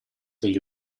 degli